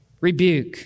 rebuke